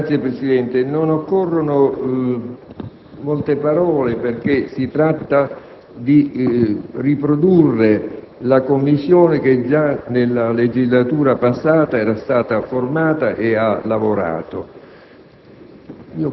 Signor Presidente, non occorrono molte parole, perché si tratta di riprodurre la Commissione che già nella legislatura passata era stata istituita e ha lavorato.